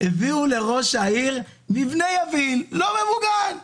הביאו מבנה יביל לא ממוגן,